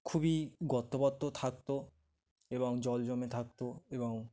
খুবই গর্ত পর্ত থাকত এবং জল জমে থাকত এবং